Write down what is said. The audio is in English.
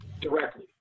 directly